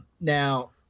Now